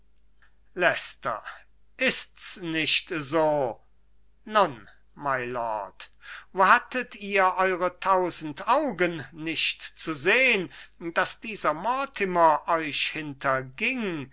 ist's nicht so nun mylord wo hattet ihr eure tausend augen nicht zu sehn daß dieser mortimer euch